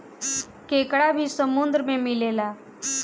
केकड़ा भी समुन्द्र में मिलेला